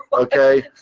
okay,